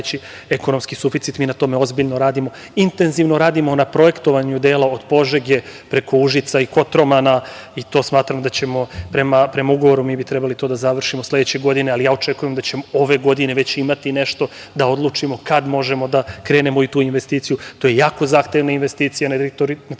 ekonomski suficit. Mi na tome ozbiljno radimo. Intenzivno radimo na projektovanju dela od Požege preko Užica i Kotromana, i to smatram da ćemo, prema ugovoru mi bi trebali to da završimo sledeće godine, ali očekujem da ćemo ove godine već imati nešto da odlučimo kad možemo da krenemo u tu investiciju. To jako zahtevna investicija na